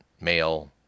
male